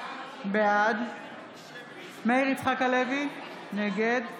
בעד מאיר יצחק הלוי, נגד